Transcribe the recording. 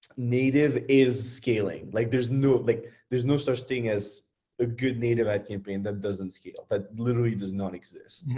native is scaling. like there's no like there's no such thing as a good native ad campaign that doesn't scale, that literally does not exist.